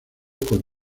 con